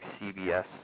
CBS